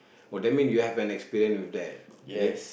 oh that mean you have an experience with that is it